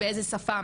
באיזה שפה,